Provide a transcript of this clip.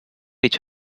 each